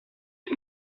les